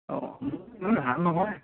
অঁ ভাল নহয়